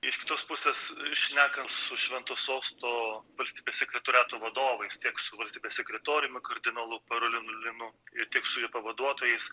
iš kitos pusės šnekant su švento sosto valstybės sekretoriato vadovais tiek su valstybės sekretoriumi kardinolu parolinu linu ir tiek su jo pavaduotojais